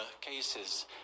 cases